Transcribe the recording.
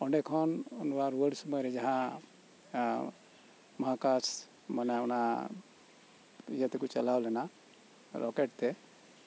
ᱚᱸᱰᱮ ᱠᱷᱚᱱ ᱚᱱᱟ ᱨᱩᱣᱟᱹᱲ ᱥᱩᱢᱟᱹᱭ ᱨᱮ ᱡᱟᱦᱟᱸ ᱢᱚᱦᱟᱠᱟᱥ ᱢᱟᱱᱮ ᱚᱱᱟ ᱤᱭᱟᱹᱛᱮᱠᱚ ᱪᱟᱞᱟᱣ ᱞᱮᱱᱟ ᱨᱚᱠᱮᱴ ᱛᱮ